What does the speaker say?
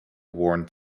worn